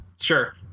Sure